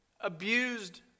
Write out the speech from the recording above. abused